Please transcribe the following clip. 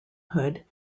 hood